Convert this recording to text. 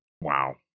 Wow